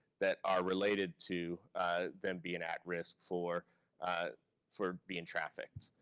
that are related to them being at risk for for being trafficked.